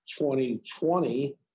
2020